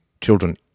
children